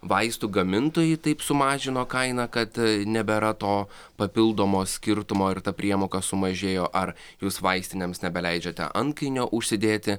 vaistų gamintojai taip sumažino kainą kad nebėra to papildomo skirtumo ir ta priemoka sumažėjo ar jūs vaistinėms nebeleidžiate antkainio užsidėti